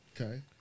Okay